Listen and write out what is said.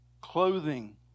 clothing